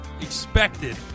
expected